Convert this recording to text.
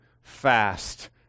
fast